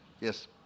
Yes